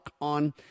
on